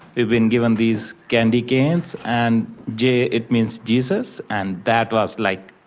we've been given these candy canes, and j, it means jesus. and that was like,